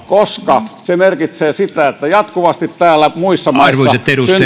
koska se merkitsee sitä että jatkuvasti muissa maissa syntyy